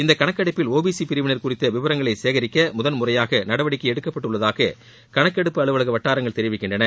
இந்த கணக்கெடுப்பில் O B C பிரிவினர் குறித்த விபரங்களை சேரிக்க முதல்முறையாக நடவடிக்கை எடுக்கப்பட்டுள்ளதாக கணக்கெடுப்பு அலுவலக வட்டாரங்கள் தெரிக்கின்றன